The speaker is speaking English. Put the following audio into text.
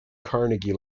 carnegie